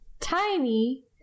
Tiny